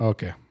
Okay